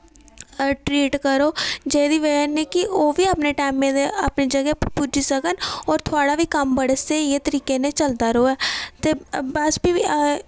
treat करो जेह्दी वजह ने कि ओह् बी अपने टैमे दे अपनी जगह उप्पर पुज्जी सकन होर थोआड़ा बी कम्म बड़ा स्हेई गै तरीके ने चलदा र'वै ते बस फ्ही